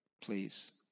Please